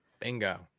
Bingo